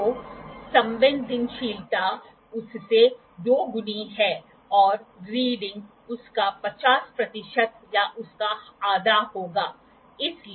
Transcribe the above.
तो संवेदनशीलता उससे दोगुनी है और रीडिंग उस का ५० प्रतिशत या उसका आधा होगा